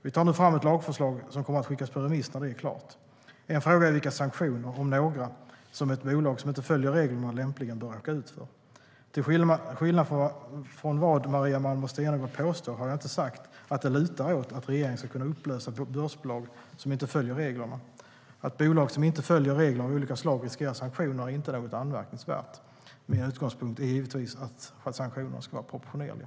Vi tar nu fram ett lagförslag som kommer att skickas på remiss när det är klart. En fråga är vilka sanktioner, om några, ett bolag som inte följer reglerna lämpligen bör råka ut för. Till skillnad från vad Maria Malmer Stenergard påstår har jag inte sagt att det lutar åt att regeringen ska kunna upplösa börsbolag som inte följer reglerna. Att bolag som inte följer regler av olika slag riskerar sanktioner är inte något anmärkningsvärt. Min utgångspunkt är givetvis att sanktionerna ska vara proportionerliga.